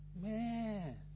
Man